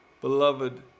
beloved